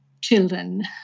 children